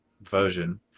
version